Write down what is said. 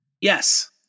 Yes